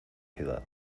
ciudad